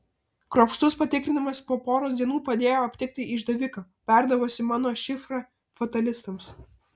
kruopštus patikrinimas po poros dienų padėjo aptikti išdaviką perdavusi mano šifrą fatalistams